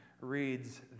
reads